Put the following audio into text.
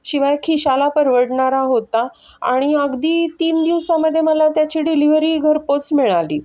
शिवाय खिशाला परवडणारा होता आणि अगदी तीन दिवसामध्ये मला त्याची डिलिव्हरी घरपोच मिळाली